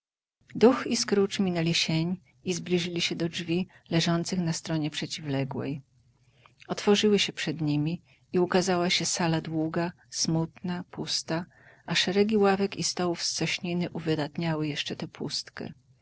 duch i scrooge minęli sień i zbliżyli się do drzwi leżących na stronie przeciwległej otworzyły się przed nimi i ukazała się sala długa smutna pusta a szeregi ławek i stołów z sośniny uwydatniały jeszcze tę pustkę